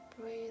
breathe